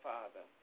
Father